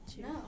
No